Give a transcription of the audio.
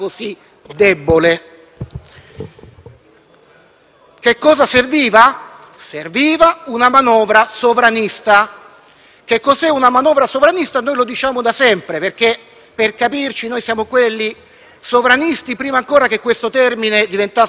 per difenderla. Serviva una manovra sovranista. Che cos'è una manovra sovranista noi lo diciamo da sempre perché, per capirci, noi eravamo sovranisti prima ancora che questo termine diventasse di moda e chi scopre